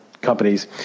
companies